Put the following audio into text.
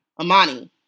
Amani